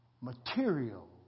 material